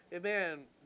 man